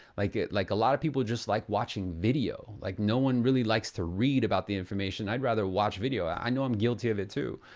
like like lot of people just like watching video. like no one really likes to read about the information. i'd rather watch video, i know i'm guilty of it too.